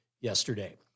yesterday